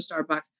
Starbucks